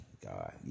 God